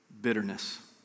Bitterness